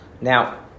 Now